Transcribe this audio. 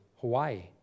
Hawaii